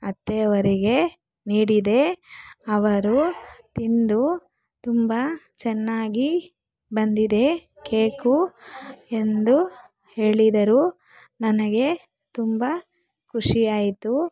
ಅತ್ತೆಯವರಿಗೆ ನೀಡಿದೆ ಅವರು ತಿಂದು ತುಂಬ ಚೆನ್ನಾಗಿ ಬಂದಿದೆ ಕೇಕು ಎಂದು ಹೇಳಿದರು ನನಗೆ ತುಂಬ ಖುಷಿಯಾಯಿತು